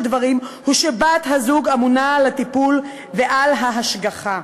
דברים הוא שבת-הזוג אמונה על הטיפול ועל ההשגחה."